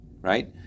Right